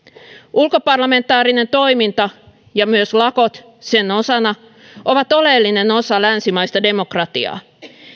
ulkoparlamentaarinen toiminta ja myös lakot sen osana ovat oleellinen osa länsimaista demokratiaa